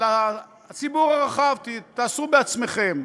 על הציבור הרחב, תעשו בעצמכם.